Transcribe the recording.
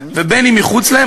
וברור שלא בכולן,